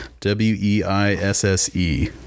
w-e-i-s-s-e